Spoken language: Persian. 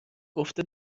گفته